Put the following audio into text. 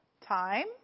time